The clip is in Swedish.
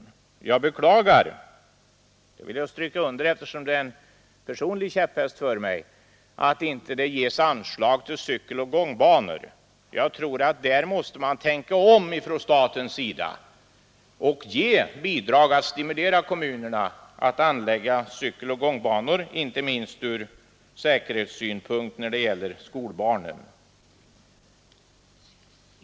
Men jag beklagar — det vill jag understryka, eftersom detta är en personlig käpphäst — att några anslag inte lämnas till cykeloch gångbanor. Jag tror att staten därvidlag måste tänka om och ge bidrag för att stimulera kommunerna att anlägga cykeloch gångbanor, vilket är viktigt, inte minst ur trafiksäkerhetssynpunkt när det gäller skolbarnen.